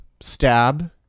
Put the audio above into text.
stab